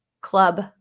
club